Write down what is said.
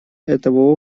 этого